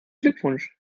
glückwunsch